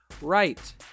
right